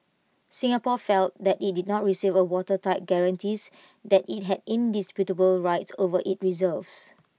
Singapore felt that IT did not receive watertight guarantees that IT had indisputable rights over its reserves